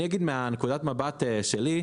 אני אגיד מנקודת המבט שלי.